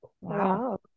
Wow